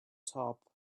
top